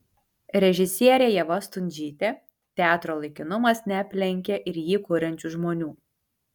režisierė ieva stundžytė teatro laikinumas neaplenkia ir jį kuriančių žmonių